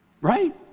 right